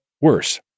worse